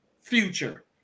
future